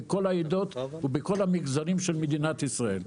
בכל העדות ובכל המגזרים של מדינת ישראל.